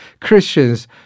christians